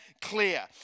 clear